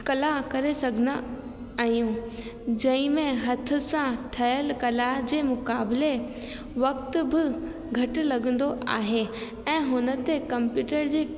कला करे सघंदा आहियूं जंहिं में हथ सां ठहियल कला जे मुक़ाबिले वक़्त बि घटि लॻंदो आहे ऐं हुन ते कम्प्यूटर जे